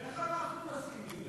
איך אנחנו מסכימים לזה?